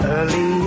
Early